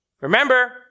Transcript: Remember